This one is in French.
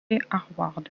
harvard